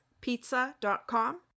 Pizza.com